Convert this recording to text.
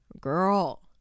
girl